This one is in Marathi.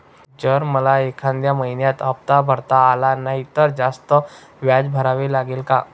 जर मला एखाद्या महिन्यात हफ्ता भरता आला नाही तर जास्त व्याज भरावे लागेल का?